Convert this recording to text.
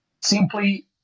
simply